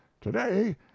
today